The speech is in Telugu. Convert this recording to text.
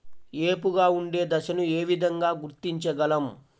ఏపుగా ఉండే దశను ఏ విధంగా గుర్తించగలం?